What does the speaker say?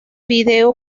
video